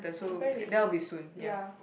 my parent is good ya